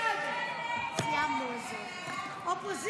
הסתייגות 1590 לא נתקבלה.